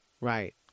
right